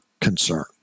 concern